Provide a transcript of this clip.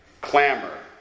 clamor